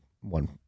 one